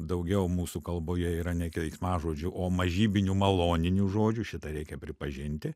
daugiau mūsų kalboje yra ne keiksmažodžių o mažybinių maloninių žodžių šitą reikia pripažinti